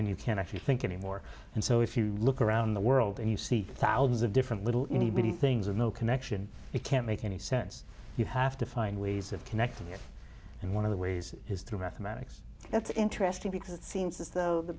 then you can actually think anymore and so if you look around the world and you see thousands of different little anybody things of no connection you can't make any sense you have to find ways of connecting it and one of the ways is through mathematics that's interesting because it seems as though the